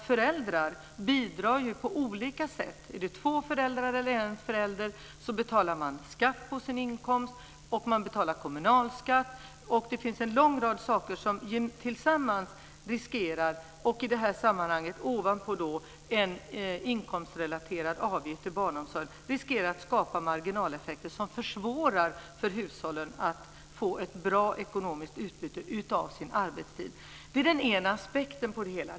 Föräldrar bidrar ju på olika sätt - om det är två föräldrar eller en förälder; man betalar skatt på sin inkomst och man betalar kommunalskatt. Det finns en lång rad saker som tillsammans riskerar - i det här sammanhanget ovanpå en inkomstrelaterad avgift för barnomsorgen - att skapa marginaleffekter som försvårar för hushållen att få ett bra ekonomiskt utbyte av sin arbetstid. Det är den ena aspekten på det hela.